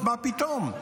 מה פתאום?